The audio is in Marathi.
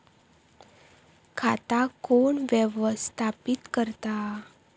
खाता कोण व्यवस्थापित करता?